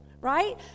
right